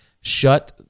shut